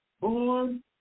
born